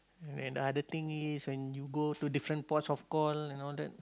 and the other thing is when you go to different ports of call and all that